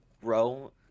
grow